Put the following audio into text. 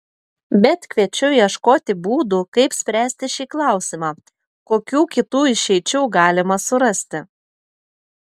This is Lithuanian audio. bet kviečiu ieškoti būdų kaip spręsti šį klausimą kokių kitų išeičių galima surasti